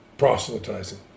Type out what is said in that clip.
proselytizing